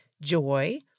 joy